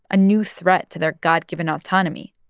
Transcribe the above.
a new threat to their god-given autonomy.